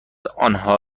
آنها